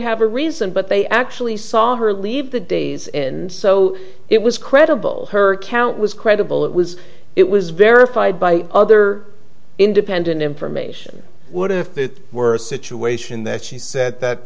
have a reason but they actually saw her leave the days and so it was credible her account was credible it was it was verified by other independent information would if it were a situation that she said that